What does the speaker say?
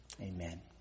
Amen